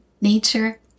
nature